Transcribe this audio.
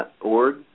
org